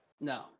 No